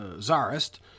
czarist